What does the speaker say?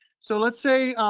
so let's say,